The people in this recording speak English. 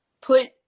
put